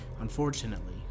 Unfortunately